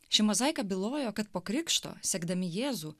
ši mozaika bylojo kad po krikšto sekdami jėzų